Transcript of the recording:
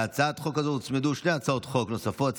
להצעת החוק הזאת הוצמדו שתי הצעות חוק נוספות.